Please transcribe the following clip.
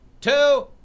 two